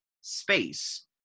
space